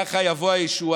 ככה תבוא הישועה,